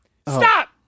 Stop